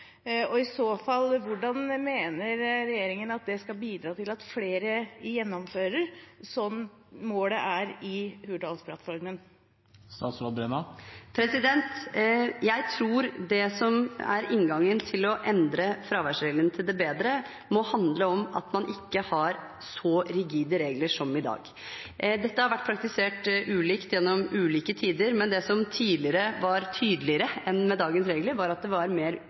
I så fall: Hvordan mener regjeringen at det skal bidra til at flere gjennomfører, som er målet i Hurdalsplattformen? Jeg tror det som er inngangen til å endre fraværsreglene til det bedre, må handle om at man ikke har så rigide regler som i dag. Dette har vært praktisert ulikt gjennom ulike tider, men det som tidligere var tydeligere enn med dagens regler, var at det var mer anledning for bruk av skjønn. Målet er at flere elever skal være mer